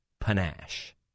panache